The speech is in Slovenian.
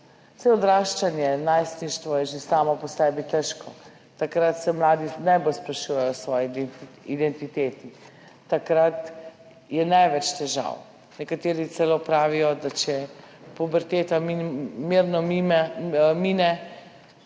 Saj odraščanje, najstništvo je že samo po sebi težko, takrat se mladi najbolj sprašujejo o svoji identiteti, takrat je največ težav. Nekateri celo pravijo, da če puberteta mirno mine,